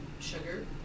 sugar